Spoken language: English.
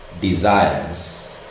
desires